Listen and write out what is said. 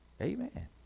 Amen